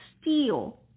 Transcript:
steel